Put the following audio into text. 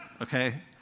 Okay